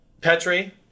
Petri